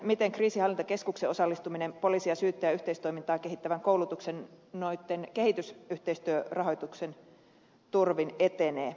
miten kriisinhallintakeskuksen osallistuminen poliisin ja syyttäjän yhteistoimintaa kehittävään koulutukseen kehitysyhteistyörahoituksen turvin etenee